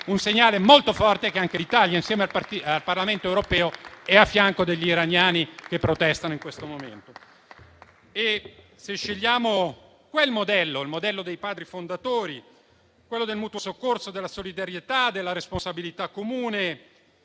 un segnale molto forte che darebbe anche l'Italia insieme al Parlamento europeo, a fianco degli iraniani che protestano in questo momento. Se scegliamo il modello dei Padri fondatori, quello del mutuo soccorso, della solidarietà, della responsabilità comune